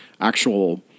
actual